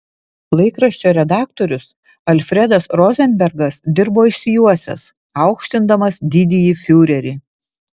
laikraščio redaktorius alfredas rozenbergas dirbo išsijuosęs aukštindamas didįjį fiurerį